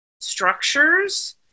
structures